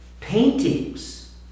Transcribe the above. paintings